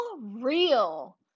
real